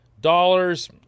dollars